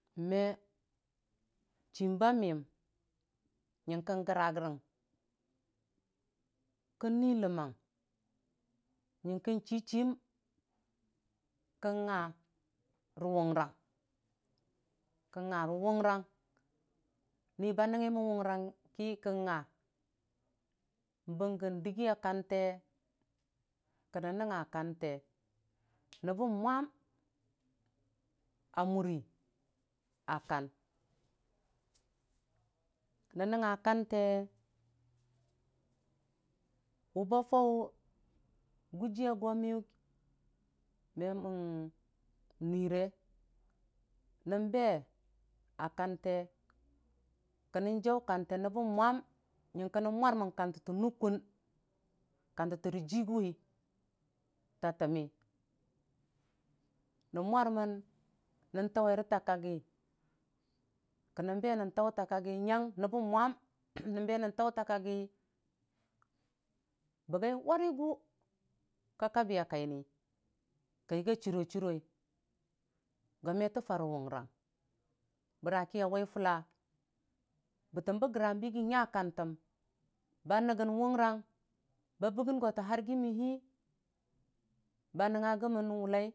Me chimba miyəm nyəkən gəra rəgə kən nui ləmmang nyə kə chi chim kən nga rə kʊrang kən nga rə wʊrang Ni ba nɨnga mən wʊrang ki kən nga bənkə dəgiya kante kən nga kanre nəbbə mwam a murə a kan nən nga kante wʊba fau gʊjii a gon miyʊ, me mən mire nənbe a kante kənən jau kante nəbbʊ mibam nyəkən mwarmən kante tənnukun kantətta rə jiguwi ta təmmi nən mwar mən nən tauwerə ta kakgi kənən be nən tau ta kakgi nyang nəbbə mwam nən be nən taura kakgi bəgai warigʊ ka kabi ya kaini kayəgi ya chiro chiro go me tə faro wʊrang, bərkə a wai fʊlla bətəm bə gəram bə yigi n'nta kəntəm ba nɨkən wʊrang ba bəgən gotə hargəmən hii ba nən nəngnga gəmənwulai.